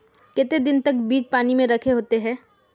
केते देर तक बीज पानी में रखे होते हैं?